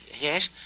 Yes